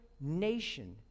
nation